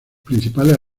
principales